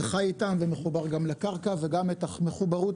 וחי איתם ומחובר גם לקרקע וגם את המחוברות